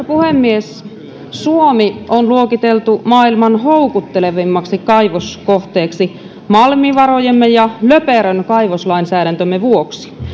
puhemies suomi on luokiteltu maailman houkuttelevimmaksi kaivoskohteeksi malmivarojemme ja löperön kaivoslainsäädäntömme vuoksi